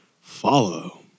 follow